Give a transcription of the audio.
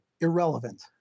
irrelevant